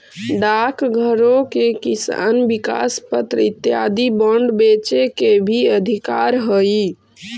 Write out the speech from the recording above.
डाकघरो के किसान विकास पत्र इत्यादि बांड बेचे के भी अधिकार हइ